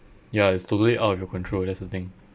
ya it's totally out of your control that's the thing